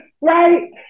Right